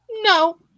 no